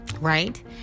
Right